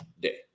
day